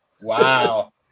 Wow